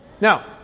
Now